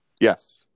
Yes